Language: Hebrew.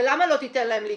ולמה לא תיתן להם להיכנס?